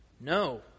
No